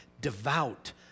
devout